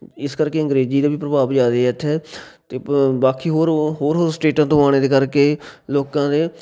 ਇਸ ਕਰਕੇ ਅੰਗਰੇਜ਼ੀ ਦਾ ਵੀ ਪ੍ਰਭਾਵ ਜ਼ਿਆਦੇ ਹੈ ਇੱਥੇ ਅਤੇ ਪ ਬਾਕੀ ਹੋਰ ਹੋਰ ਹੋਰ ਸਟੇਟਾਂ ਤੋਂ ਆਣੇ ਦੇ ਕਰਕੇ ਲੋਕਾਂ ਦੇ